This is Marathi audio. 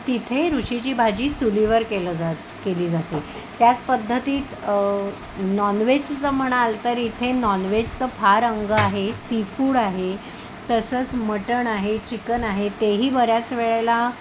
तिथे ऋषीची भाजी चुलीवर केलं जात केली जाते त्याच पद्धतीत नॉन व्हेजचं म्हणाल तर इथे नॉन वेजचं फार अंग आहे सी फूड आहे तसंच मटण आहे चिकन आहे तेही बऱ्याच वेळेला